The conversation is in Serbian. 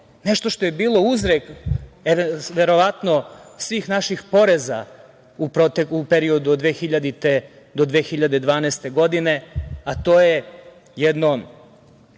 Nešto što je bilo uzrok verovatno svih naših poreza u periodu od 2000. do 2012. godine, a to je jedno